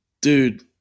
Dude